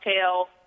tell